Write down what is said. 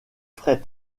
fret